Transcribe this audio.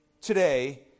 today